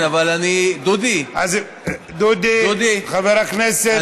כן, אבל אני, דודי, חבר הכנסת אמסלם.